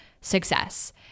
success